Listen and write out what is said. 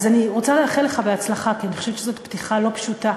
אז אני רוצה לאחל לך בהצלחה כי אני חושבת שזאת פתיחה לא פשוטה,